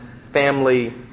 family